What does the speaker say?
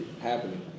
happening